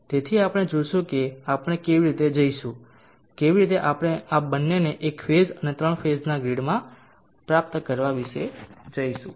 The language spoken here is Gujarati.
તેથી આપણે જોશું કે આપણે કેવી રીતે જઈશું કેવી રીતે આપણે આ બંનેને એક ફેઝ અને ત્રણ ફેઝના ગ્રીડમાં પ્રાપ્ત કરવા વિશે જઈશું